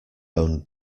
own